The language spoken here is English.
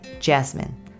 Jasmine